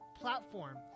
platform